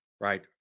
Right